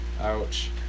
Ouch